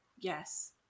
Yes